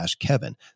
kevin